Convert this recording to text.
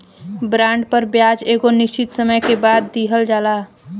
bond पर ब्याज एगो निश्चित समय के बाद दीहल जाला